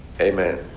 amen